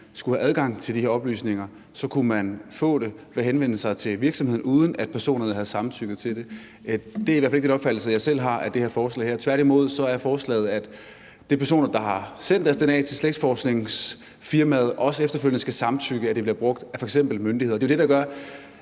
skulle have adgang til de her oplysninger, kunne man få det ved at henvende sig til virksomheden, uden at personerne havde samtykket til det. Det er i hvert fald ikke den opfattelse, jeg selv har, af det her forslag. Tværtimod er forslaget, at personer, der har sendt deres dna til slægtsforskningsfirmaet, også efterfølgende skal samtykke til, at det bliver brugt af f.eks. myndigheder.